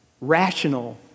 rational